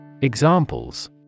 Examples